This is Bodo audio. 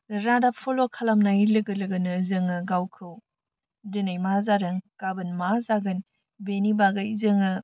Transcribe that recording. रादाब फल' खालामनाय लोगो लोगोनो जोङो गावखौ दिनै मा जादों गाबोन मा जागोन बेनि बागै जोङो